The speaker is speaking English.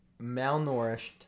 malnourished